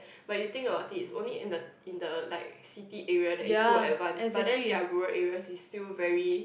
but you think about it is only in the in the like city area that is so advance but then their rural areas is still very